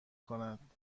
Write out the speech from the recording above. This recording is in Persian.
کند